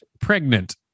pregnant